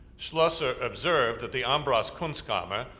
schlosser observed that the ambras kunstkammer,